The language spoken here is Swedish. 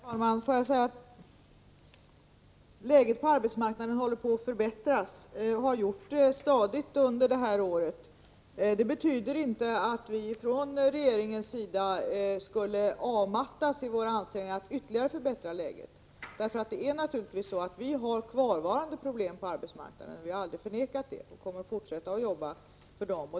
Herr talman! Får jag säga att läget på arbetsmarknaden håller på att förbättras — och har gjort det stadigt under detta år. Det betyder inte att vi från regeringens sida skulle ha avmattats i våra ansträngningar att ytterligare förbättra läget. Vi har kvarvarande problem på arbetsmarknaden, det har vi aldrig förnekat, och vi kommer att fortsätta att jobba med dem.